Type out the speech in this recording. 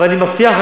אבל אני מבטיח לך